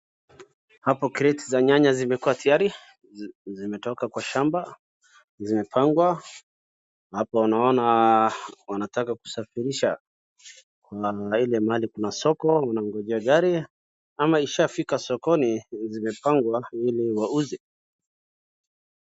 Hapa kreti za nyanya zimekua tayari, zimetoka Kwa shamba zimepangwa, hapo naona zinataka kusafirishwa. Kuna mahali kuna soko wanangoja gari ama zishafika sokoni zimepangwa ili wauze.